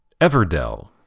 Everdell